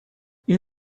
این